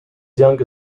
younger